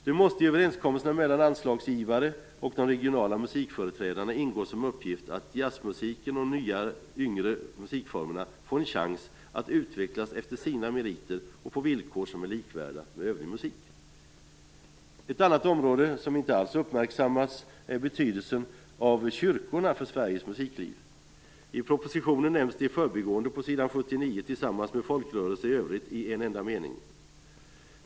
Det måste i överenskommelserna mellan anslagsgivare och de regionala musikföreträdarna ingå som en uppgift att jazzmusiken och de nya yngre musikformerna får en chans att utvecklas efter sina meriter och på villkor likvärda övrig musik. Ett annat område som inte alls uppmärksammats är kyrkornas betydelse för Sveriges musikliv. I propositionen nämns det i förbigående i en enda mening på s. 79 tillsammans med folkrörelser i övrigt.